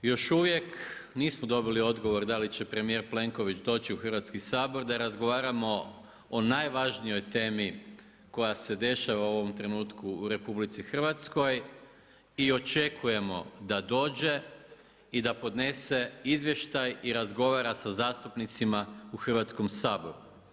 Još uvijek nismo dobili odgovor da li će premijer Plenković doći u Hrvatski sabor da razgovaramo o najvažnijoj temi koja se dešava u ovom trenutku u RH i očekujemo da dođe i da podnese izvještaj i razgovara sa zastupnicima u Hrvatskom saboru.